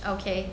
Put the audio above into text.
okay